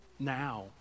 now